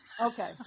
Okay